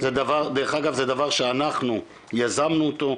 זה דבר שאנחנו יזמנו אותו,